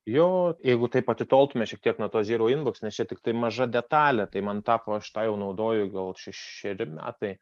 jo jeigu taip atitoltume šiek tiek nuo to zyrau inboks nes čia tiktai maža detalė tai man tapo aš tą jau naudoju gal šešeri metai